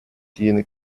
tiene